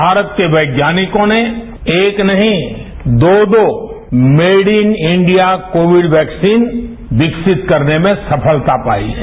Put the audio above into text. भारत के वैज्ञानिकों ने एक नहीं दो दो made in India Covid vaccine विकसित करने में सफलता पाई है